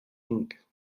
ink